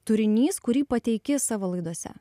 turinys kurį pateiki savo laidose